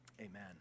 Amen